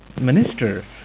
minister